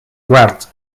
grant